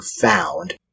found